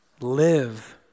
live